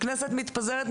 הכנסת מתפזרת,